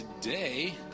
today